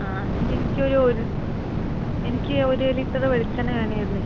ആ എനിക്ക് ഒരു ഒര് എനിക്ക് ഒര് ലിറ്ററ് വെളിച്ചെണ്ണ വേണമായിരുന്നു